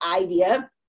idea